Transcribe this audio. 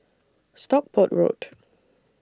Stockport Road